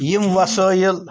یِم وَسٲیِل